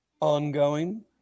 ongoing